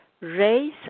raise